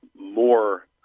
more